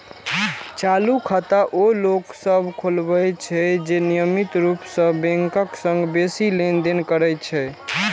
चालू खाता ओ लोक सभ खोलबै छै, जे नियमित रूप सं बैंकक संग बेसी लेनदेन करै छै